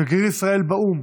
שגריר ישראל באו"ם